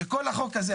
בכל החוק הזה,